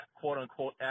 quote-unquote